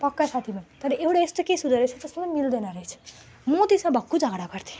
पक्का साथी भयौँ तर एउटा यस्तो केस हुँदा रहेछ त्यसमा मिल्दैन रहेछ म त्यसमा भक्कु झगडा गर्थेँ